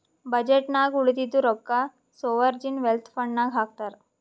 budget ನಾಗ್ ಉಳದಿದ್ದು ರೊಕ್ಕಾ ಸೋವರ್ಜೀನ್ ವೆಲ್ತ್ ಫಂಡ್ ನಾಗ್ ಹಾಕ್ತಾರ್